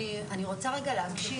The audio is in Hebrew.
בבקשה.